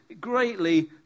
Greatly